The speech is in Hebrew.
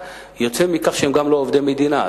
ויוצא מכך שהם גם לא עובדי מדינה.